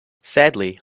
sadly